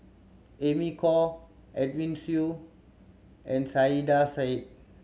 Amy Khor Edwin Siew and Saiedah Said